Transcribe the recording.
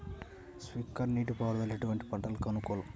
Sprinkler నీటిపారుదల ఎటువంటి పంటలకు అనుకూలము?